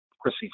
Chrissy